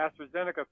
AstraZeneca